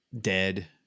dead